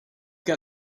got